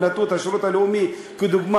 ונתנו את השירות הלאומי כדוגמה.